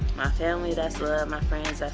family, that's love, my friends, that's